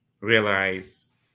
realize